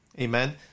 Amen